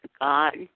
God